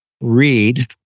read